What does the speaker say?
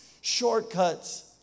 shortcuts